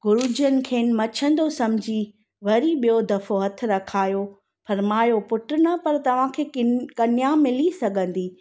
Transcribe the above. गुरू जिनि खेनि मछंदो समुझी वरी ॿियों दफ़ो हथु रखायो फ़र्मायो पुटु न पर तव्हांखे कन कन्या मिली सघंदी